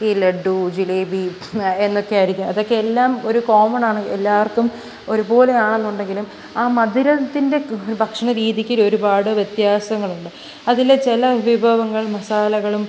ഈ ലഡ്ഡു ജിലേബി ആ എന്നൊക്കെ ആയിരിക്കും അതൊക്കെ എല്ലാം ഒരു കോമൺ ആണ് എല്ലാവർക്കും ഒരുപോലെ ആണെന്നുണ്ടെങ്കിലും ആ മധുരത്തിൻ്റെ ഭക്ഷണ രീതിക്ക് ഒരുപാട് വ്യത്യാസങ്ങളുണ്ട് അതിലെ ചില വിഭവങ്ങൾ മസാലകളും